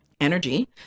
energy